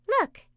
Look